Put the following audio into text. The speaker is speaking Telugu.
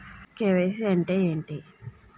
కే.వై.సీ అంటే ఏంటి?